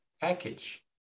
package